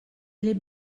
les